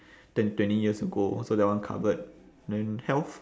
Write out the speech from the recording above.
ten twenty years ago so that one covered then health